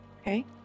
Okay